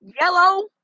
yellow